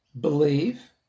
believe